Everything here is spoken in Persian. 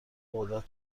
قدرت